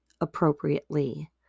appropriately